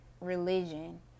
religion